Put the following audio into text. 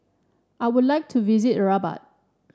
I would like to visit Rabat